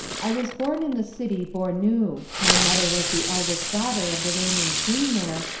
i was born in the city bournou my mother was the eldest daughter of the reigning king there,